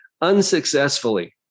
unsuccessfully